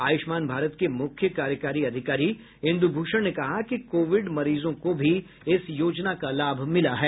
आयुष्मान भारत के मुख्य कार्यकारी अधिकारी इंदू भूषण ने कहा कि कोविड मरीजों को भी इस योजना का लाभ मिला है